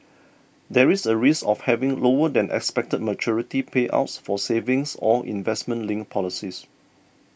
there is a risk of having lower than expected maturity payouts for savings or investment linked policies